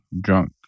drunk